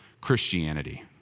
Christianity